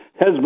Hezbollah